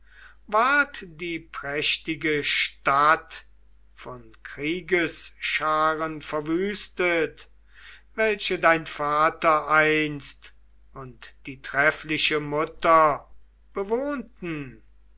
die prächtige stadt von kriegesscharen verwüstet welche dein vater einst und die treffliche mutter bewohnten